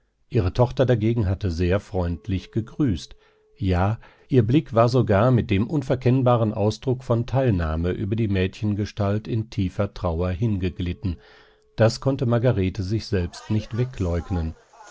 ihre tochter dagegen hatte sehr freundlich gegrüßt ja ihr blick war sogar mit dem unverkennbaren ausdruck von teilnahme über die mädchengestalt in tiefer trauer hingeglitten das konnte margarete sich selbst nicht wegleugnen